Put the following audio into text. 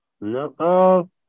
No